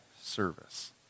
service